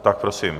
Tak prosím.